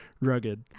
rugged